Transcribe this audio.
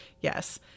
Yes